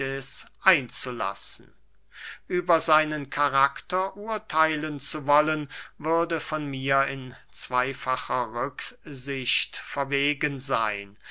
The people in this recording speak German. einzulassen über seinen karakter urtheilen zu wollen würde von mir in zweyfacher rücksicht verwegen seyn